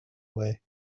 away